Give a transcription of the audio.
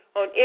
on